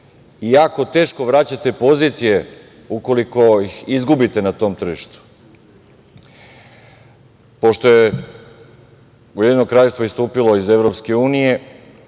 i jako teško vraćate pozicije ukoliko ih izgubite na tom tržištu. Pošto je Ujedinjeno Kraljevstvo istupilo iz EU,